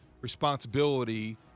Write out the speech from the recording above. responsibility